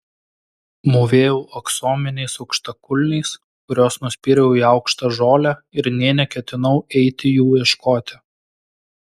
mūvėjau aksominiais aukštakulniais kuriuos nuspyriau į aukštą žolę ir nė neketinau eiti jų ieškoti